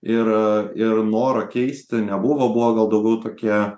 ir ir noro keisti nebuvo gal daugiau tokie